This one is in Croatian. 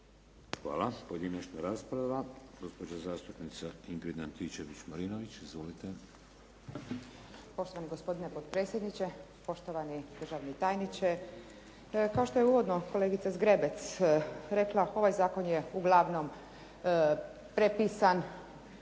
Hvala. Pojedinačna rasprava. Gospođa zastupnica Ingrid Antičević-Marinović. Izvolite. **Antičević Marinović, Ingrid (SDP)** Poštovani gospodine potpredsjedniče, poštovani državni tajniče. Kao što je uvodno kolegica Zgrebec rekla, ovaj zakon je uglavnom prepisan